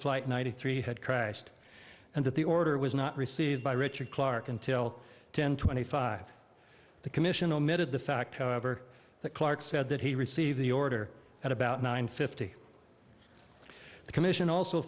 flight ninety three had crashed and that the order was not received by richard clarke until ten twenty five the commission omitted the fact however that clarke said that he received the order at about nine fifty the commission also